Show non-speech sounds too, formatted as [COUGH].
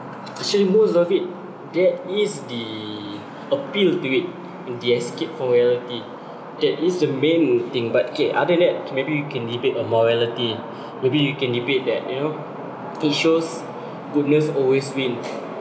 actually most love it there is the appeal to it in the escape from reality that is the main thing but okay other that maybe we can debate on morality [BREATH] maybe we can debate that you know it shows goodness always win